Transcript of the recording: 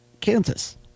Kansas